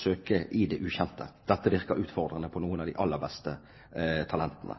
ukjente. Dette virker utfordrende på noen av de aller beste talentene.